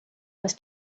was